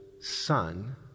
son